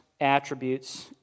attributes